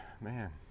man